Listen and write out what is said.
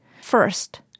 first